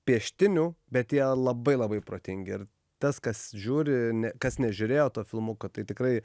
pieštinių bet jie labai labai protingi ir tas kas žiūri ne kas nežiūrėjo to filmuko tai tikrai